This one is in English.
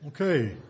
Okay